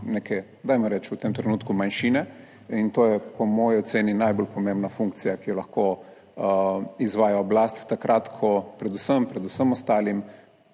dajmo reči, v tem trenutku manjšine in to je po moji oceni najbolj pomembna funkcija, ki jo lahko izvaja oblast takrat ko, predvsem pred vsem ostalim